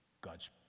God's